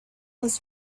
was